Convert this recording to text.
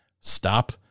Stop